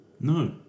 No